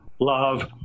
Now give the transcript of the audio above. love